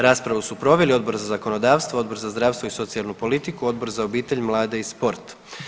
Raspravu su proveli Odbor za zakonodavstvo, Odbor za zdravstvo i socijalnu politiku, Odbor za obitelj, mlade i sport.